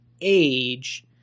age